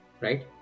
right